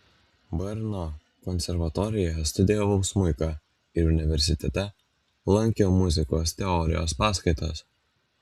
brno konservatorijoje studijavau smuiką ir universitete lankiau muzikos teorijos paskaitas